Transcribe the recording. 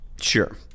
sure